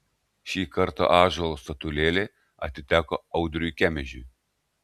šį kartą ąžuolo statulėlė atiteko audriui kemežiui